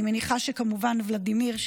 אני מניחה שכמובן ולדימיר,